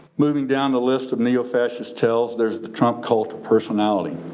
moving down the list of neo-fascist tells there's the trump cult of personality.